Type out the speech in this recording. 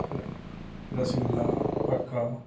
रसगुल्ला पक्का